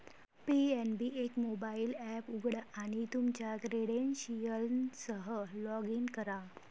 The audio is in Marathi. पी.एन.बी एक मोबाइल एप उघडा आणि तुमच्या क्रेडेन्शियल्ससह लॉग इन करा